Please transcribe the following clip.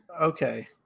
Okay